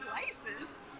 places